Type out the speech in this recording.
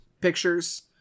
pictures